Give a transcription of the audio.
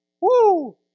Woo